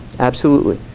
absolutely